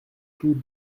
tous